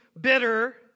bitter